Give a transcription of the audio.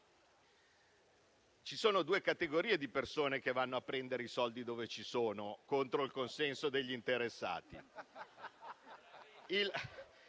Ci sono due categorie di persone che vanno a prendere i soldi dove ci sono contro il consenso degli interessati.